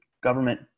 government